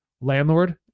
landlord